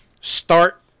start